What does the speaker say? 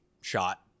shot